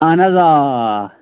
اہن حظ آ آ